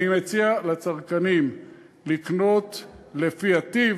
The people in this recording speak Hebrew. אני מציע לצרכנים לקנות לפי הטיב,